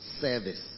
service